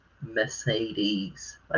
Mercedes